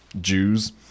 Jews